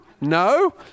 No